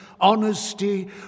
honesty